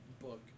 book